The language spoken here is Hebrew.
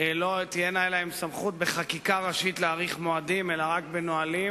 לא תהיה סמכות בחקיקה ראשית להאריך מועדים אלא רק בנהלים,